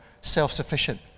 self-sufficient